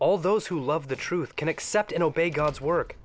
all those who love the truth can accept and obey god's work